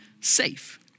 safe